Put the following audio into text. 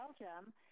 Belgium